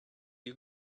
you